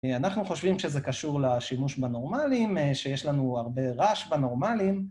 אנחנו חושבים שזה קשור לשימוש בנורמלים, שיש לנו הרבה רעש בנורמלים.